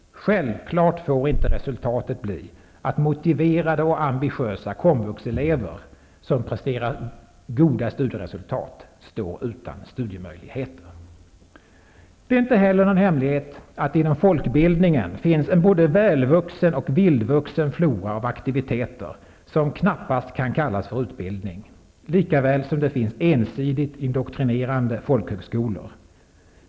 Resultatet får självfallet inte bli att motiverade och ambitiösa komvuxelever som presterar goda studieresultat står utan studiemöjligheter. Det är inte heller någon hemlighet att det inom folkbildningen finns en både välvuxen och vildvuxen flora av aktiviteter som knappast kan kallas för utbildning, lika väl som det finns ensidigt indoktrinerande folkhögskolor.